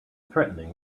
threatening